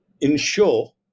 ensure